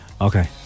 Okay